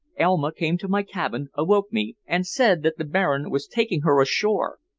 elma came to my cabin, awoke me, and said that the baron was taking her ashore,